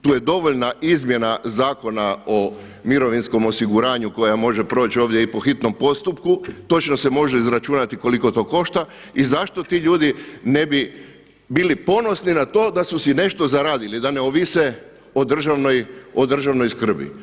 Tu je dovoljna izmjena Zakona o mirovinskom osiguranju koja može proći ovdje i po hitnom postupku, točno se može izračunati koliko to košta i zašto ti ljudi ne bi bili ponosni na to da su si nešto zaradili, da ne ovise o državnoj skrbi.